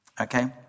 Okay